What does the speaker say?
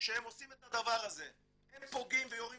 כשהם עושים את הדבר הזה הם פוגעים ויורים